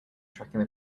tracking